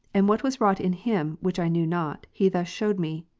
and what was wrought in him, which i knew not, he thus shewed me.